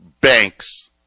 banks